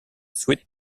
sweet